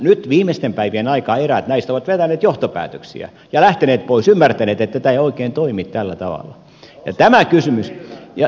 nyt viimeisten päivien aikaan eräät näistä ovat vetäneet johtopäätöksiä ja lähteneet pois ymmärtäneet että tämä ei oikein toimi tällä tavalla